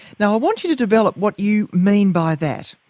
now, i want you to develop what you mean by that.